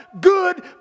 good